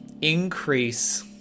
increase